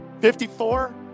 54